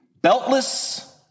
beltless